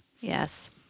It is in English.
Yes